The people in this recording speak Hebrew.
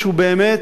שהוא באמת